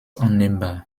annehmbar